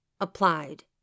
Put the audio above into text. applied